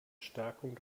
stärkung